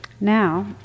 Now